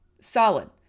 solid